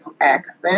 accent